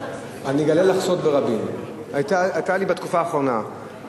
אני אגלה לך סוד ברבים: היתה לי בתקופה האחרונה,